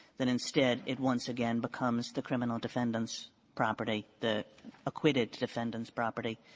that instead it once again becomes the criminal defendant's property, the acquitted defendant's property,